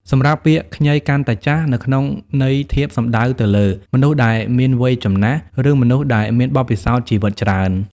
សម្រាប់ពាក្យ ខ្ញីកាន់តែចាស់ នៅក្នុងន័យធៀបសំដៅទៅលើ មនុស្សដែលមានវ័យចំណាស់ ឬមនុស្សដែលមានបទពិសោធន៍ជីវិតច្រើន។